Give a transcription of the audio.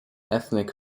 ethnic